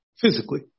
physically